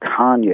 Kanye